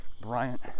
Bryant